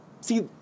See